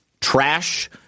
trash